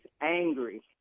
angry